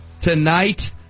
tonight